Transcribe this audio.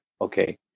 Okay